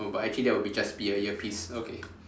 but actually that will be just be a earpiece okay